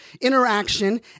interaction